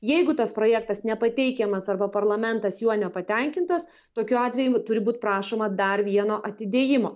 jeigu tas projektas nepateikiamas arba parlamentas juo nepatenkintas tokiu atveju turi būt prašoma dar vieno atidėjimo